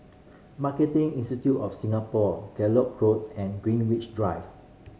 Marketing Institute of Singapore Gallop Road and Greenwich Drive